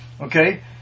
Okay